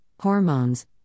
hormones